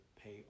pay